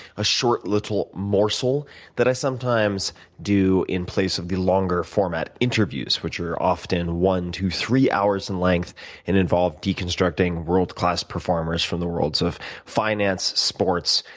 a short little morsel that i sometimes do in place of the longer format interviews, which are often one, two, three hours in length and involve deconstructing world class performers from the worlds of finance, sports,